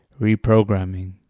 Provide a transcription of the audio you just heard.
reprogramming